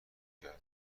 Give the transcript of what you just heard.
کرد